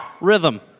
Rhythm